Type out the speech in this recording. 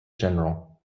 general